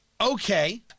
Okay